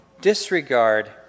disregard